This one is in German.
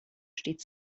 steht